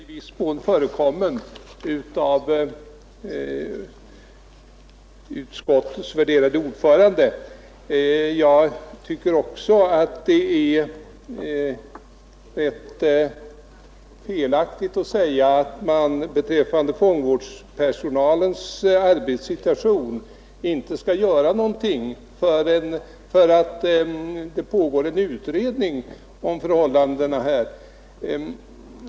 Herr talman! Jag är i viss mån förekommen av utskottets värderade ordförande. Jag tycker också att det är felaktigt att säga att man beträffande fångvårdspersonalens arbetssituation inte skall göra någonting därför att det pågår en utredning om förhållandena.